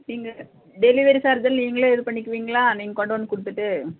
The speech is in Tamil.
நீங்கள் டெலிவரி சார்ஜுலாம் நீங்களே இது பண்ணிக்குவிங்களா நீங்கள் கொண்டு வந்து கொடுத்துட்டு